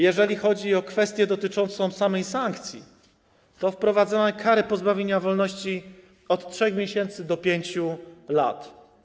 Jeżeli chodzi o kwestię dotyczącą samych sankcji, to wprowadzono kary pozbawienia wolności od 3 miesięcy do 5 lat.